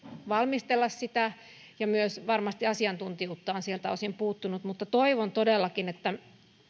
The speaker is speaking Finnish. valmistella sitä ja varmasti myös asiantuntijuutta sieltä on osin puuttunut mutta toivon todellakin että